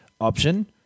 option